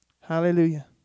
Hallelujah